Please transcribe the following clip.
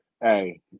Hey